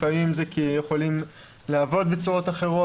לפעמים זה כי הם יכולים לעבוד בצורות אחרות,